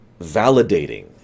validating